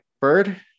Bird